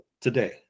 today